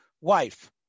Wife